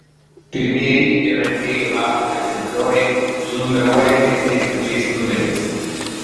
pirmieji ir antrieji lapų egzemplioriai sunumeruojami tais pačiais numeriais